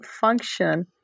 function